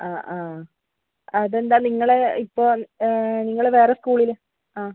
ആ ആ അതെന്താണ് നിങ്ങൾ ഇപ്പം നിങ്ങൾ വേറെ സ്കൂളിൽ ആ